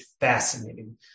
fascinating